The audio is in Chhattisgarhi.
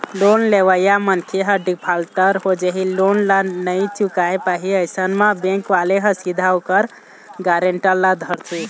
लोन लेवइया मनखे ह डिफाल्टर हो जाही लोन ल नइ चुकाय पाही अइसन म बेंक वाले ह सीधा ओखर गारेंटर ल धरथे